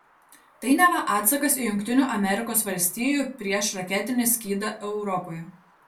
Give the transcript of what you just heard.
tai neva atsakas į jungtinių amerikos valstijų priešraketinį skydą europoje